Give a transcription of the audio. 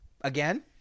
again